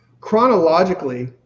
chronologically